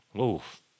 oof